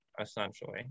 essentially